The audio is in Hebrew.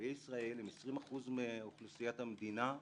הם מהווים 20% מאוכלוסיית המדינה,